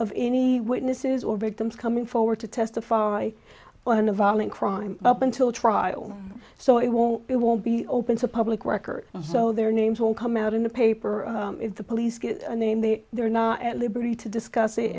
of any witnesses or victims coming forward to testify on a violent crime up until trial so it won't be won't be open to public record so their names will come out in the paper or if the police get a name they are not at liberty to discuss it